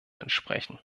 entsprechen